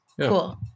Cool